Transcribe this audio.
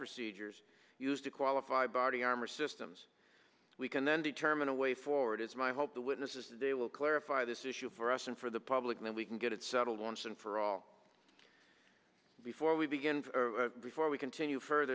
procedures used to qualify body armor systems we can then determine a way forward it's my hope the witnesses today will clarify this issue for us and for the public when we can get it settled once and for all before we begin before we continue f